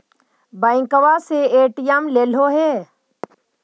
बैंकवा से ए.टी.एम लेलहो है?